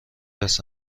است